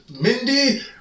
Mindy